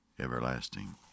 everlasting